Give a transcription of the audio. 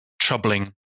troubling